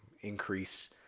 increase